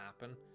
happen